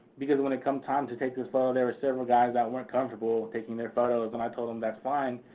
because when it come time to take this photo there were several guys that weren't comfortable taking their photo, so i told them that's fine.